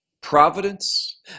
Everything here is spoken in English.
providence